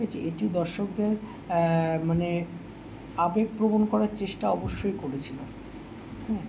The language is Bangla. ঠিক আছে এটি দর্শকদের মানে আবেগপ্রবণ করার চেষ্টা অবশ্যই করেছিলাম হ্যাঁ